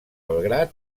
belgrad